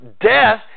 death